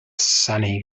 sunny